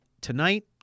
tonight